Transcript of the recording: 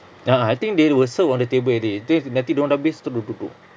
a'ah I think they will serve on the table already this nanti dorang dah habis terus dia duduk